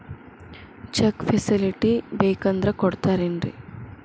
Check facility ಬೇಕಂದ್ರ ಕೊಡ್ತಾರೇನ್ರಿ?